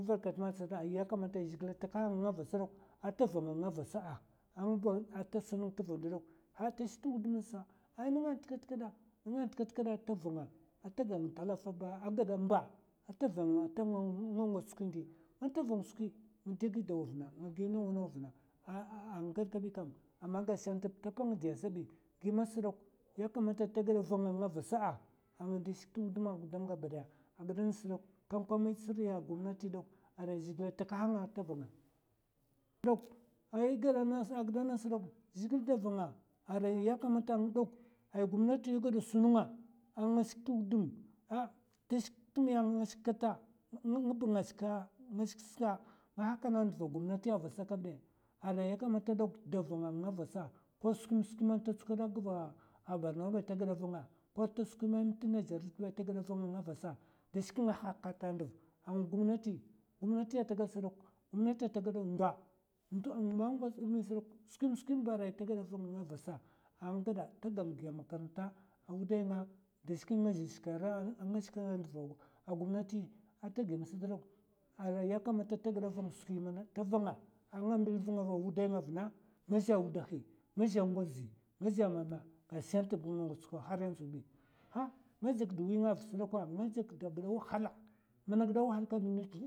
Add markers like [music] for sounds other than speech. È vat kat t'sat yakamata ai zhègila takahanga vasa dok, ata vanga nga vasa ngba ta sun tva ndo dok ah ta shik twudum nasa ah nènga nt kat kèda nènga kat kèda, ata vanga ata gan talafawa ba a gada mba, ata vang tma nga ngwats skwin di. man ta van skwi nga ɗè gidaw vna, a nga gad kabi kam, amma gashi ntd ta pang diya sabi gimè sdok, ya kamata ta gada vanga nga vasa ang ndin shik twudum gabadaya. agida nas dok kam kam è tsiriya gomnati dok, arai zhègila takaha'nga ta va'nga. dok ai gada agida nas dok, zhègil da vanga arai yakamta ngdok ai gomnatiya gada sun nga a nga shik twudum, ahtashik tmiya? Nga shik kata ngba ngashika nga hakana nduva gomnati vasa kabɓè, arai ya kamata dok da vanga nga vasa, ko skwèmè manta tsukwad a gva borno ba, ta gada vanga ko ta skwi mèmè tnèjèri sba, ta gada vanga. ɗa shikè nga hata ndv gomnati, gomnati ta gada ndo, ndo ma ngwats bi sdok, skwèm skwèm ba, ta gada vanga nga vasa a nga gada, ata gan gi a makaran ta wudai nga da shikè nga za shika ndva gumnati ata gim sat dok, arai ya kamata ta gada vang skwi man ta vanga a nga mbil vanga va wudai vna. nga zhè wudahi, nga zhè ngozi, nga zhè mè'mè gashi ant nga ngwats skwa haryanzu bi. ha nga jakd wi'nga vas dakwa nga jak'da gida wahala. [unintelligible]